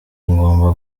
ngomba